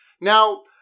now